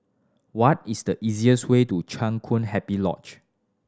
what is the easiest way to Chang Kun Happy Lodge